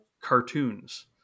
Cartoons